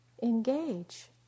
engage